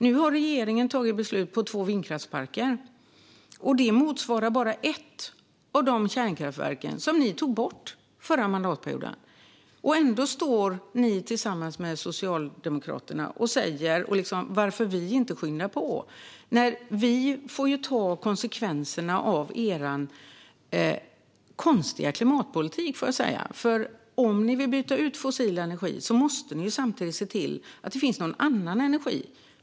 Nu har regeringen tagit beslut om två vindkraftsparker, men de motsvarar bara ett av de kärnkraftverk som ni tog bort under den förra mandatperioden, Elin Söderberg. Ändå står ni tillsammans med Socialdemokraterna och frågar varför vi inte skyndar på. Vi får ju ta konsekvenserna av er konstiga klimatpolitik. Om ni vill byta ut fossil energi måste ni ju se till att det finns någon annan energi.